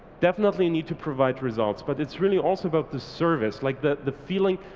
definitely need to provide results but it's really also about the service like the the feeling,